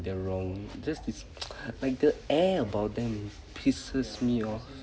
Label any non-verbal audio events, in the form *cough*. they are wrong just it's *noise* like the air about them pisses me off